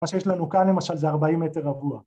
מה שיש לנו כאן למשל זה ארבעים מטר רבוע